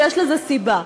ויש לזה סיבה.